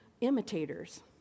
imitators